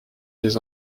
des